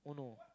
oh no